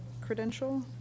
credential